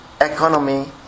economy